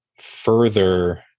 further